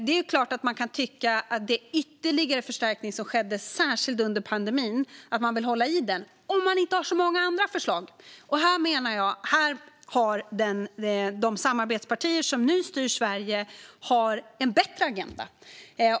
Det är klart att man kan vilja hålla i den ytterligare förstärkning som gjordes särskilt under pandemin om man inte har så många andra förslag. Men jag menar att de samarbetspartier som nu styr Sverige har en bättre agenda.